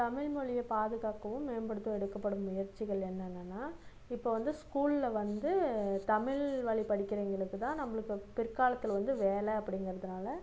தமிழ் மொழியை பாதுகாக்கவும் மேம்படுத்தவும் எடுக்கப்படும் முயற்சிகள் என்னென்னன்னால் இப்போது வந்து ஸ்கூலில் வந்து தமிழ் வழி படிக்கறவிங்களுக்கு தான் நம்மளுக்கு பிற்காலத்தில் வந்து வேலை அப்படிங்கிறதுனால